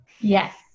Yes